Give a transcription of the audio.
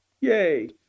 yay